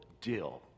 deal